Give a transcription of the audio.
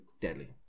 deadly